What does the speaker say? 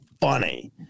funny